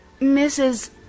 Mrs